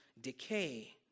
decay